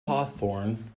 hawthorne